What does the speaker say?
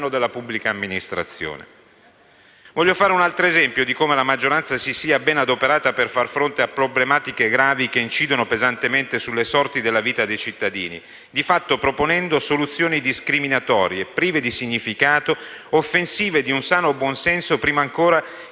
della pubblica amministrazione. Voglio fare un altro esempio di come la maggioranza si sia ben adoperata per far fronte a problematiche gravi, che incidono pesantemente sulle sorti della vita dei cittadini, di fatto proponendo soluzioni discriminatorie, prive di significato, offensive di un sano buon senso, prima ancora